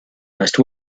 most